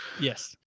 Yes